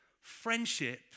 friendship